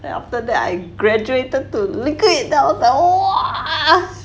then after that I graduated to liquid then I was like !wah!